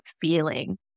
feeling